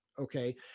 Okay